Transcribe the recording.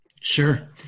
Sure